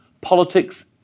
politics